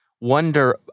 wonder